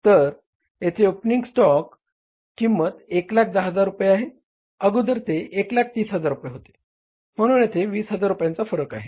तर येथे ओपनिंग स्टॉकची किंमत 110000 रुपये आहे अगोदर ते 130000 रुपये होते म्हणून येथे 20000 रुपयांचे फरक आहे